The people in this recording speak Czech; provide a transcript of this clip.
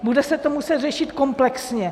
Bude se to muset řešit komplexně.